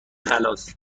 خلاص